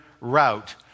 route